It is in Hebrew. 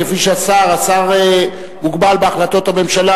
כפי שהשר מוגבל בהחלטות הממשלה,